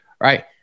Right